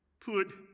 put